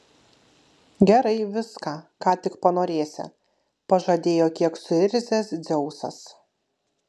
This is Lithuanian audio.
gerai viską ką tik panorėsi pažadėjo kiek suirzęs dzeusas